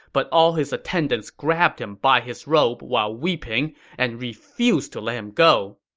but all his attendants grabbed him by his robe while weeping and refused to let him go.